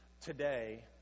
today